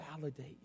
validate